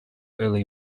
early